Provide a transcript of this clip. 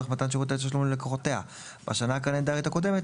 מתן שירותי תשלום ללקוחותיה בשנה הקלנדרית הקודמת,